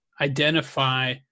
identify